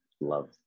love